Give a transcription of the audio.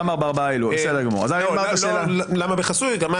האם הם